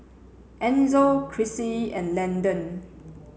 Enzo Crissie and Landon